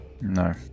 No